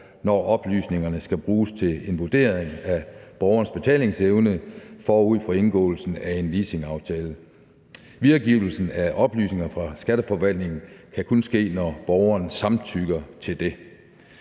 når oplysningerne skal bruges til en vurdering af borgerens betalingsevne forud for indgåelsen af en licensaftale. Videregivelsen af oplysninger fra Skatteforvaltningen kan kun ske, når borgeren giver samtykke til det.